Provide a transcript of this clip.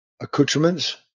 accoutrements